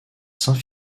saint